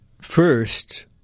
First